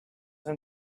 hun